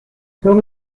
son